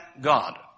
God